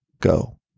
go